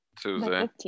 Tuesday